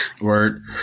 Word